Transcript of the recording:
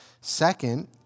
second